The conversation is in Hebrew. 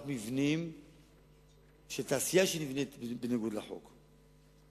רק מבנים של תעשייה שנבנים בניגוד לחוק,